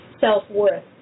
self-worth